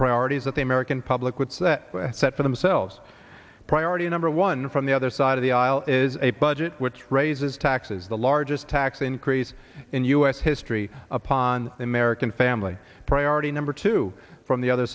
priorities that the american public would set for themselves priority number one from the other side of the aisle is a budget which raises taxes the largest tax increase in u s history upon an american family priority number two from the other